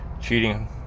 cheating